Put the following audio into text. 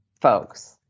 folks